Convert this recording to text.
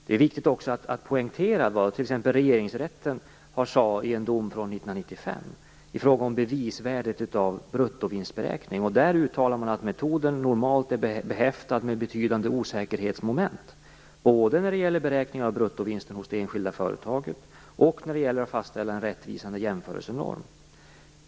Det är också viktigt att poängtera vad Regeringsrätten sade i en dom från 1995 i fråga om bevisvärdet av bruttovinstberäkning. Där uttalade man att metoden normalt är behäftad med betydande osäkerhetsmoment, både när det gäller beräkning av bruttovinsten hos det enskilda företaget och när det gäller att fastställa en rättvisande jämförelsenorm.